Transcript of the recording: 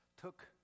took